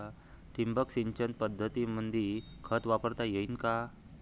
ठिबक सिंचन पद्धतीमंदी खत वापरता येईन का?